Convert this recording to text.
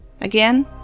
again